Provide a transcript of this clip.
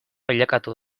bilakatu